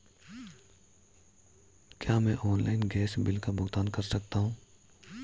क्या मैं online gas bill का भुगतान कर सकता हूँ?